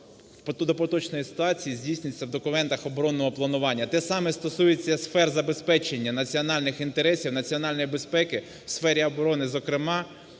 до поточної ситуації здійснюється в документах оборонного планування. Те саме стосується сфер забезпечення національних інтересів, національної безпеки в сфері оборони, зокрема,